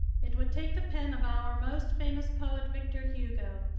it would take the pen of our most famous poet, victor hugo,